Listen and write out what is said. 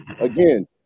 Again